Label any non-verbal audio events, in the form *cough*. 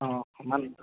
অঁ *unintelligible*